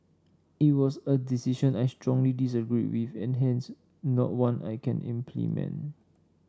it was a decision I strongly disagreed with and hence not one I can implement